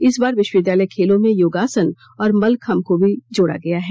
इस बार विश्वविद्यालय खेलों में योगासन और मल्लखम्भ को भी जोड़ा गया है